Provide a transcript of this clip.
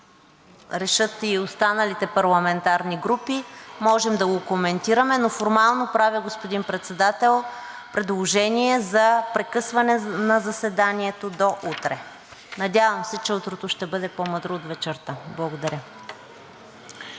решат и останалите парламентарни групи, можем да го коментираме, но формално правя, господин Председател, предложение за прекъсване на заседанието до утре. Надявам се, че утрото ще бъде по-мъдро от вечерта. Благодаря.